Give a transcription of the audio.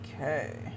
Okay